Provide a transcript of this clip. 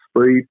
speed